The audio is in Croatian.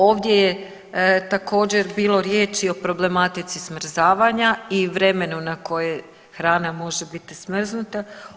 Ovdje je također bilo riječi i o problematici smrzavanja i vremenu na koje hrana može biti smrznuta.